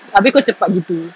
abeh kau cepat gitu